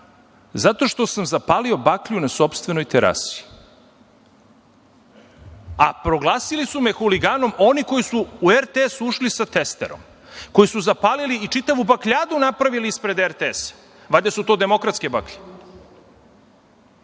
zato što sam zapalio baklju na sopstvenoj terasi, a proglasili su me huliganom oni koji su u RTS ušli sa testerom, koji su zapalili i čitavu bakljadu napravili ispred RTS-a. Valjda su to demokratske